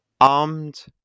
Armed